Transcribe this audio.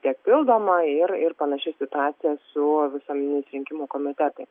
tiek pildoma ir ir panaši situacija su visuomeniniais rinkimų komitetais